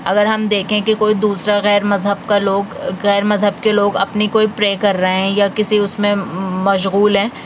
اگر ہم دیکھیں کہ کوئی دوسرا غیر مذہب کا لوگ غیر مذہب کے لوگ اپنی کوئی پرے کر رہے ہیں یا کسی اس میں مشغول ہیں